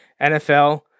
NFL